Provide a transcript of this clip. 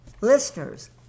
Listeners